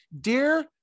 Dear